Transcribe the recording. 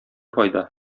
файда